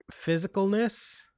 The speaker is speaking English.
physicalness